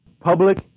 Public